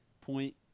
Point